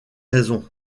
raison